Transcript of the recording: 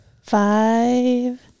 Five